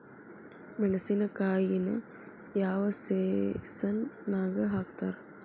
ಮೆಣಸಿನಕಾಯಿನ ಯಾವ ಸೇಸನ್ ನಾಗ್ ಹಾಕ್ತಾರ?